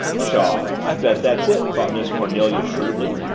pshaw i bet that's it, thought miss cornelia shrewdly.